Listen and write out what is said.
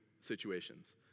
situations